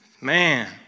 Man